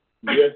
Yes